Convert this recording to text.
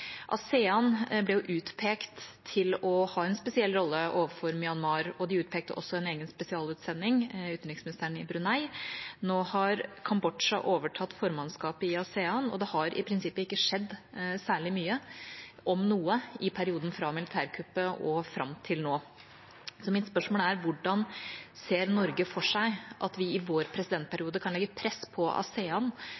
ASEAN ble utpekt til å ha en spesiell rolle overfor Myanmar, og de utpekte også en egen spesialutsending, utenriksministeren i Brunei. Nå har Kambodsja overtatt formannskapet i ASEAN, og det har i prinsippet ikke skjedd særlig mye, om noe, i perioden fra militærkuppet og fram til nå. Så mitt spørsmål er: Hvordan ser Norge for seg at vi i vår